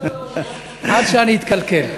עד שאני אתקלקל.